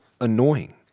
annoying